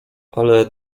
ale